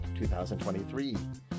2023